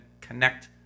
connect